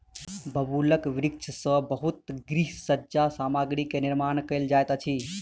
बबूलक वृक्ष सॅ बहुत गृह सज्जा सामग्री के निर्माण कयल जाइत अछि